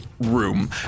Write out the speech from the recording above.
room